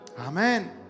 Amen